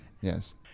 Yes